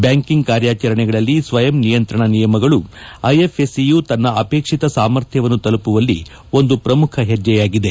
banking ಕಾರ್ಯಾಚರಣೆಗಳಲ್ಲಿ ಸ್ವಯಂ ನಿಯಂತ್ರಣ ನಿಯಮಗಳು ಐಎಫ್ಎಸ್ಪಿಯು ತನ್ನ ಅಪೇಕ್ಷಿತ ಸಾಮರ್ಥ್ಯವನ್ನು ತಲುಪುವಲ್ಲಿ ಒಂದು ಪ್ರಮುಖ ಹೆಜ್ಜೆಯಾಗಿದೆ